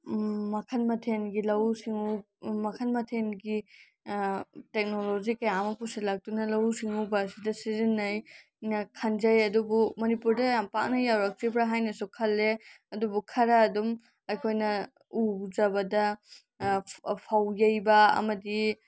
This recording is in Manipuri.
ꯃꯈꯜ ꯃꯊꯦꯟꯒꯤ ꯂꯧꯎ ꯁꯤꯡꯎ ꯃꯈꯜ ꯃꯊꯦꯟꯒꯤ ꯇꯦꯛꯅꯣꯂꯣꯖꯤ ꯀꯌꯥ ꯑꯃ ꯄꯨꯁꯜꯤꯂꯛꯇꯨꯅ ꯂꯧꯎ ꯁꯤꯡꯎꯕ ꯑꯁꯤꯗ ꯁꯤꯖꯤꯟꯅꯩ ꯑꯅ ꯈꯟꯖꯩ ꯑꯗꯨꯕꯨ ꯃꯅꯤꯄꯨꯔꯗ ꯌꯥꯝ ꯄꯥꯛꯅ ꯌꯧꯔꯛꯇ꯭ꯔꯤꯕ꯭ꯔꯥ ꯍꯥꯏꯅꯁꯨ ꯈꯜꯂꯦ ꯑꯗꯨꯕꯨ ꯈꯔ ꯑꯗꯨꯝ ꯑꯩꯈꯣꯏꯅ ꯎꯖꯕꯗ ꯐꯧ ꯌꯩꯕ ꯑꯃꯗꯤ